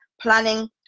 planning